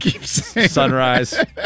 sunrise